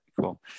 Cool